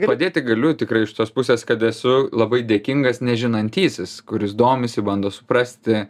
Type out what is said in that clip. padėti galiu tikrai iš tos pusės kad esu labai dėkingas ne žinantysis kuris domisi bando suprasti